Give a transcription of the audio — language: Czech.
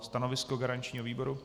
Stanovisko garančního výboru?